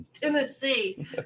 Tennessee